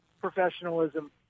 professionalism